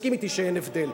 תסכים אתי שאין הבדל.